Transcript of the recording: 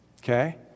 Okay